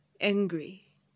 angry